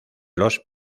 los